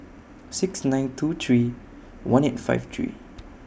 six nine two three one eight five three